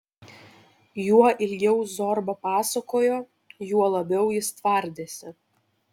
juo ilgiau zorba pasakojo juo labiau jis tvardėsi